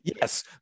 yes